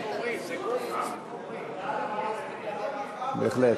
חוק ומשפט בדבר פיצול הצעת חוק הבחירות לכנסת